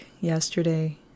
yesterday